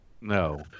No